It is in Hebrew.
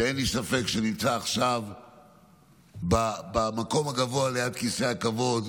אין לי ספק שהוא נמצא עכשיו במקום הגבוה ליד כיסא הכבוד,